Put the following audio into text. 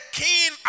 king